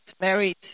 married